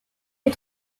les